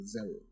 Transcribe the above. zero